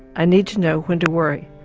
i need to know when to worry.